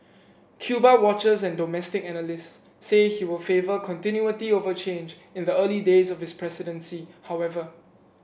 Cuba watchers and domestic analysts say he will favour continuity over change in the early days of his presidency however